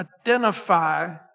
identify